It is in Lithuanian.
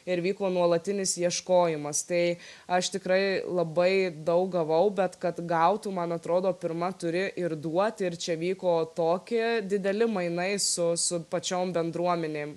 ir vyko nuolatinis ieškojimas tai aš tikrai labai daug gavau bet kad gautų man atrodo pirma turi ir duoti ir čia vyko toki dideli mainai su su pačiom bendruominėm